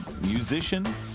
musician